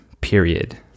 period